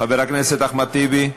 חבר הכנסת אחמד טיבי.